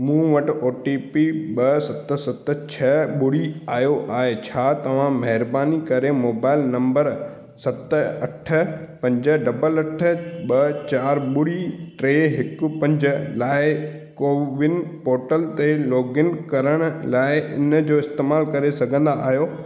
मूं वटि O T P ॿ सत सत छह ॿुड़ी आयो आहे छा तव्हां महिरबानी करे मोबाइल नंबर सत अठ पंज डबल अठ ॿ चार ॿुड़ी टे हिकु पंज लाइ कोविन पोर्टल ते लोगइन करण लाइ इन जो इस्तैमाल करे सघंदा आयो